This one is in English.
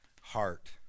heart